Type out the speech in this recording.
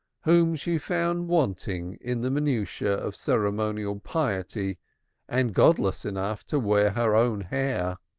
whom she found wanting in the minutiae of ceremonial piety and godless enough to wear her own hair.